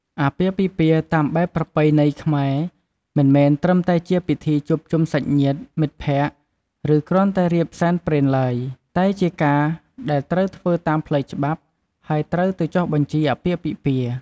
អាពាហ៍ពិពាហ៍តាមបែបប្រពៃណីខ្មែរ មិនមែនត្រឹមតែជាពិធីជួបជុំសាច់ញាតិមិត្តភក្តិ ឬគ្រាន់តែរៀបសែនព្រេនឡើយ តែជាការដែលត្រូវធ្វើតាមផ្លូវច្បាប់ ហើយត្រូវទៅចុះបញ្ជីអាពាហ៍ពិពាហ៍។